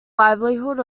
livelihood